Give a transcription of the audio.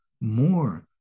more